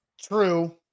true